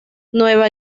nueva